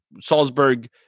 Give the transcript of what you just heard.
Salzburg